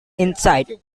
inside